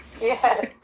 yes